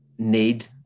Need